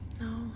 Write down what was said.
No